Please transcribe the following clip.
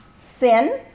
sin